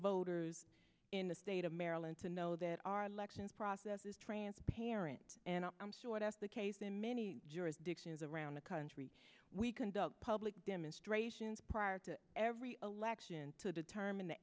voters in the state of maryland to know that our election process is transparent and i'm sure that's the case in many jurisdictions around the country we conduct public demonstrations prior to every election to determine the